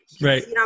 right